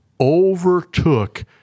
overtook